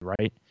Right